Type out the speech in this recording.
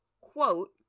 quote